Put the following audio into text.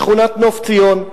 שכונת "נוף ציון",